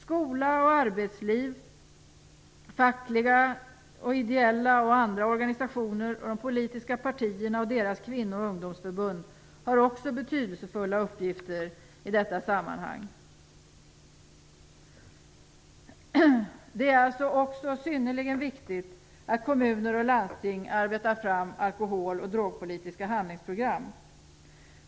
Skola och arbetsliv, fackliga, ideella och andra organisationer, de politiska partierna och deras kvinnooch ungdomsförbund har också betydelsefulla uppgifter i detta sammanhang. Det är alltså synnerligen viktigt att kommuner och landsting arbetar fram alkohol och drogpolitiska handlingsprogram.